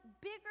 bigger